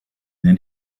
then